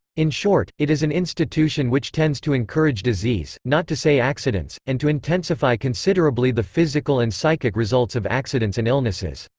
in short, it is an institution which tends to encourage disease, not to say accidents, and to intensify considerably the physical and psychic results of accidents and illnesses.